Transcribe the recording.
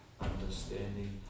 understanding